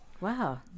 wow